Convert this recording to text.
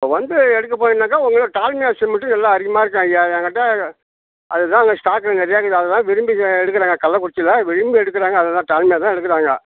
வந்து எடுக்கப் போகிறீங்கனாக்க உங்களுக்கு டால்மியா சிமெண்ட்டு நல்லா அருமையாக இருக்கும் ஐயா என்கிட்டே அது தாங்க ஸ்டாக்கு நிறையா இருக்குது அது தான் விரும்பி க எடுக்கிறாங்க கள்ளக்குறிச்சியில் விரும்பி எடுக்கிறாங்க அது தான் டால்மியா தான் எடுக்கிறாங்க